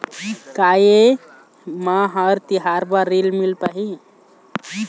का ये म हर तिहार बर ऋण मिल पाही?